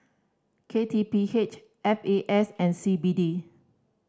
K T P H F A S and C B D